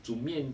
煮面